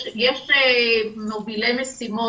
יש מובילי משימות,